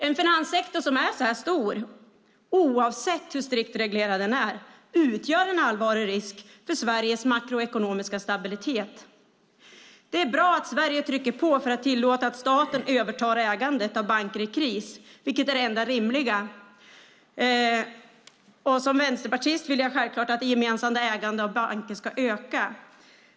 En finanssektor som är så här stor, oavsett hur strikt reglerad den är, utgör en allvarlig risk för Sveriges makroekonomiska stabilitet. Det är bra att Sverige trycker på för att tillåta att staten övertar ägandet av banker i kris, vilket är det enda rimliga. Som vänsterpartist vill jag självklart att det gemensamma ägandet av banker ska öka.